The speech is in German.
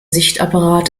sichtapparat